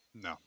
No